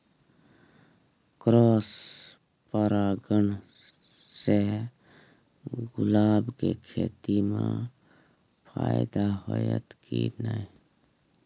Cross परागण से गुलाब के खेती म फायदा होयत की नय?